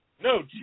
No